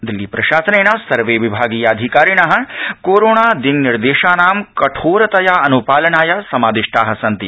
दिल्ली प्रशासनेन सर्वे विभागीय अधिकारिण कोरोना दिशानिर्देशानां कठोरतया अन्पालनाय समादिष्टा सन्ति